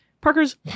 Parker's